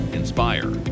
inspire